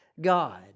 God